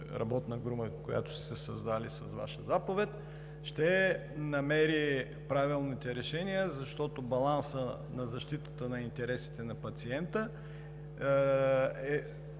работна група, която са създали с Ваша заповед, ще намери правилните решения, защото в баланса на защитата на интересите на пациента